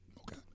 Okay